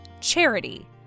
charity